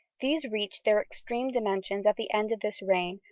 these reached their extreme dimensions at the end of this reign,